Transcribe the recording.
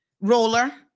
roller